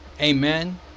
Amen